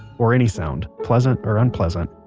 or any sound, pleasant or unpleasant.